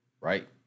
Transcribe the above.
right